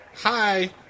Hi